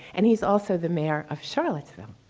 and he's also the mayor of charlottesville.